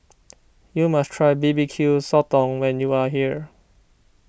you must try B B Q Sotong when you are here